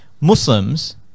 Muslims